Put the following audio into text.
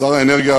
שר האנרגיה